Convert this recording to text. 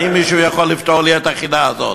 האם מישהו יכול לפתור לי את החידה הזאת?